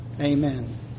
Amen